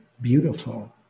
beautiful